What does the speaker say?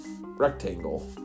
rectangle